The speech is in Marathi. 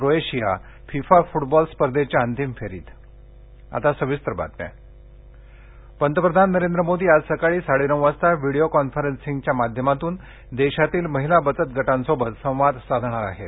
क्रोएशिया फिफा फूटबॉल स्पर्धेच्या अंतिम फेरीत पंतप्रधान पंतप्रधान नरेंद्र मोदी आज सकाळी साडेनऊ वाजता व्हिडिओ कॉन्फरन्सिंगच्या माध्यमातून देशातील महीला बचत गटांसोबत संवाद साधणार आहेत